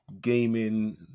gaming